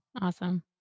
Awesome